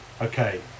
Okay